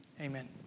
Amen